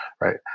right